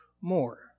more